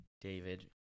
David